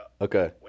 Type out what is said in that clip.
okay